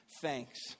thanks